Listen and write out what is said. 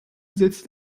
setzt